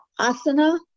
asana